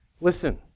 Listen